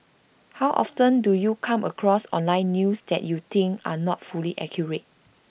how often do you come across online news that you think are not fully accurate